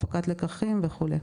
הפקת לקחים וכדומה.